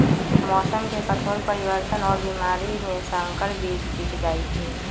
मौसम के कठोर परिवर्तन और बीमारी में संकर बीज टिक जाई छई